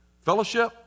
fellowship